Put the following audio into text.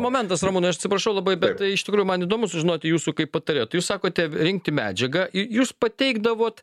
momentas ramūnai aš atsiprašau labai bet iš tikrųjų man įdomu sužinoti jūsų kaip patarėjo tai jūs sakote rinkti medžiagą jūs pateikdavot